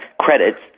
credits